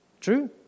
True